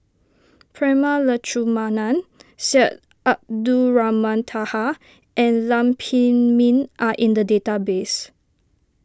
Prema Letchumanan Syed Abdulrahman Taha and Lam Pin Min are in the database